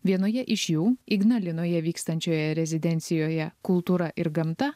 vienoje iš jų ignalinoje vykstančioje rezidencijoje kultūra ir gamta